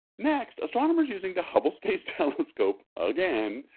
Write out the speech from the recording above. next astronomers using the hubble space telescope again,